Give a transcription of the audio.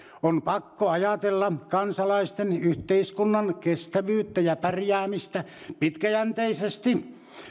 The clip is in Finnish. on pakko ajatella kansalaisten yhteiskunnan kestävyyttä ja pärjäämistä pitkäjänteisesti